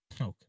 Okay